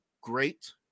great